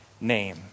name